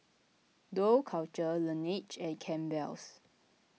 Dough Culture Laneige and Campbell's